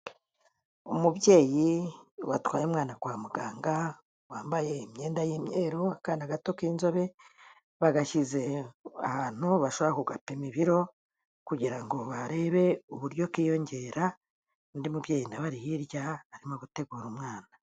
Umubyeyi watwaye umwana kwa muganga, wambaye imyenda y'imweru, akana gato k'inzobe, bagashyize ahantu bashobora kugapima ibiro kugira ngo barebe uburyo kiyongera, undi mubyeyi na we ari hirya arimo gutegura umwana.